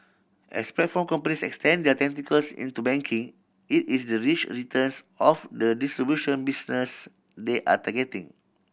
as platform companies extend their tentacles into banking it is the rich returns of the distribution business they are targeting